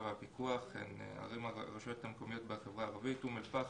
ופיקוח הן הרשויות המקומיות בחברה הערבית אום אל פחם,